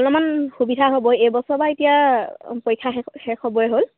অলপমান সুবিধা হ'ব এইবছৰ বাৰু এতিয়া পৰীক্ষা শেষ শেষ হ'বই হ'ল